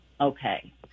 Okay